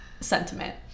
sentiment